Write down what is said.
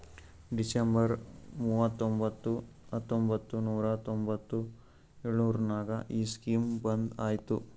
December ಮೂವತೊಂಬತ್ತು ಹತ್ತೊಂಬತ್ತು ನೂರಾ ತೊಂಬತ್ತು ಎಳುರ್ನಾಗ ಈ ಸ್ಕೀಮ್ ಬಂದ್ ಐಯ್ತ